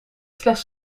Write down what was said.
slechts